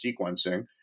Sequencing